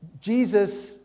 Jesus